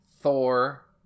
Thor